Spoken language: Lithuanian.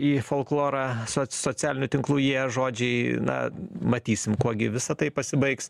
į folklorą soc socialinių tinklų įėję žodžiai na matysim kuo gi visa tai pasibaigs